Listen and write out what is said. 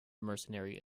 mercenary